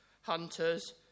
hunters